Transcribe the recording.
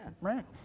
right